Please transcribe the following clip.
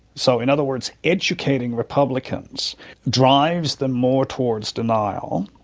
so in other words, educating republicans drives them more towards denial,